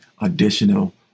additional